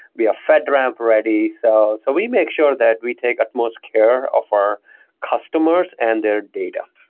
we are fedramp ready. so so we make sure that we take utmost care of our customers and their data.